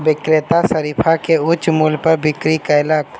विक्रेता शरीफा के उच्च मूल्य पर बिक्री कयलक